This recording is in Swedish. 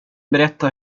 berätta